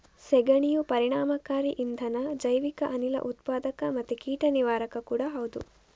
ಸೆಗಣಿಯು ಪರಿಣಾಮಕಾರಿ ಇಂಧನ, ಜೈವಿಕ ಅನಿಲ ಉತ್ಪಾದಕ ಮತ್ತೆ ಕೀಟ ನಿವಾರಕ ಕೂಡಾ ಹೌದು